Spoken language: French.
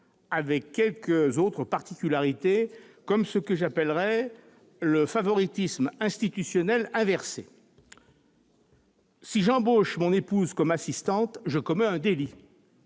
avec quelques autres particularités comme le « favoritisme institutionnel inversé »: si j'embauche mon épouse comme assistante, je commets un délit,